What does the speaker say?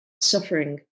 suffering